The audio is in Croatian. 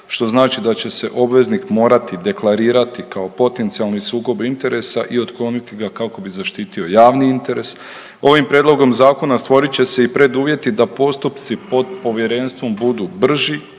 što znači da će se obveznik morati deklarirati kao potencijalni sukob interesa i otkloniti ga kako bi zaštitio javni interes. Ovim prijedlogom zakona stvorit će se i preduvjeti da postupci pod povjerenstvom budu brži,